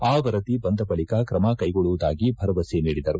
ಆ ವರದಿ ಬಂದ ಬಳಿಕ ತ್ರಮ ಕೈಗೊಳ್ಳುವುದಾಗಿ ಭರವಸೆ ನೀಡಿದರು